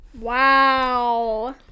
wow